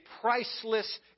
priceless